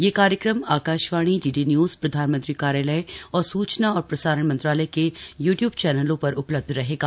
यह कार्यक्रम Akashvani DD news प्रधानमंत्री कार्यालय और सूचना और प्रसारण मंत्रालय के यू ट्यूब चैनलों पर उपलब्ध रहेगा